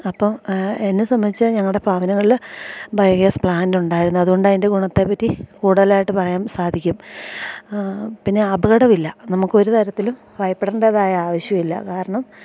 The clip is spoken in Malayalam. അപ്പോൾ എന്നെ സംബന്ധിച്ച് ഞങ്ങളുടെ ഭവനങ്ങളിൽ ബയോഗ്യാസ് പ്ലാൻറ്റൊണ്ടായിരുന്നു അത്കൊണ്ട് അതിന്റെ ഗുണത്തെപ്പറ്റി കൂടുതലായിട്ട് പറയാൻ സാധിക്കും പിന്നെ അപകടമില്ല നമുക്ക് ഒരു തരത്തിലും ഭയപ്പെടേണ്ടതായി ആവശ്യമില്ല കാരണം